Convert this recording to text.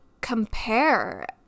compare